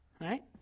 Right